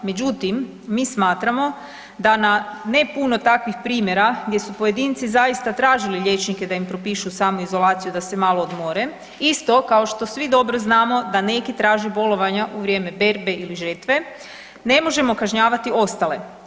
Međutim, mi smatramo da na ne puno takvih primjera gdje su pojedinci zaista tražili liječnike da im propišu samoizolaciju da se malo odmore, isto kao što svi dobro znamo da neki traže bolovanja u vrijeme berbe ili žetve, ne možemo kažnjavati ostale.